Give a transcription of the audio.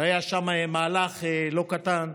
והיה שם מהלך לא קטן.